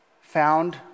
found